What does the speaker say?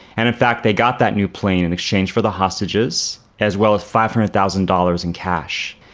and in fact they got that new plane in exchange for the hostages as well as five hundred thousand dollars in cash.